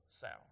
sound